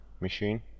machine